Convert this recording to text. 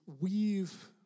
weave